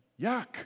Yuck